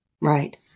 right